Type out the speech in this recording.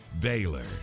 Baylor